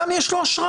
לאדם יש אשרה.